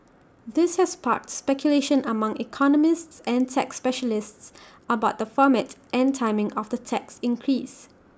this has sparked speculation among economists and tax specialists about the format and timing of the tax increase